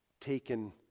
taken